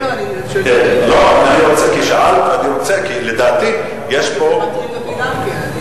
כי שאלת, זה מטריד אותי גם כן.